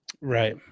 Right